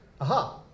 Aha